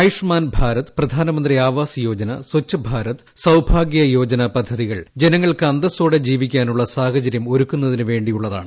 ആയുഷ്മാൻ ഭാരത് പ്രധാനമന്ത്രി ആവാസ് യോജന സച്ഛ് ഭാരത് സൌഭാഗ്യ യോജന പദ്ധതികൾ ജനങ്ങൾക്ക് അന്തസ്സോടെ ജീവിക്കുവാനുള്ള സാഹചര്യം ഒരുക്കുന്നതിന് വേണ്ടി ഉള്ളതാണ്